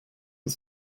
zur